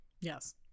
Yes